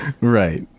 Right